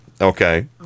okay